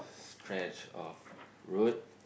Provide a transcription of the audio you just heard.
stretch of road